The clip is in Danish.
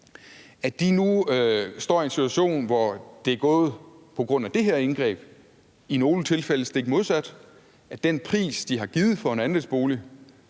opad. De står nu i en situation, hvor det på grund af det her indgreb i nogle tilfælde er gået stik modsat. Den pris, de har givet for en andelsbolig